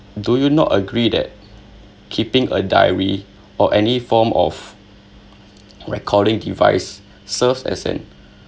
do you not agree that keeping a diary or any form of recording device serves as an